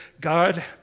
God